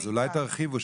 אז אולי תרחיבו,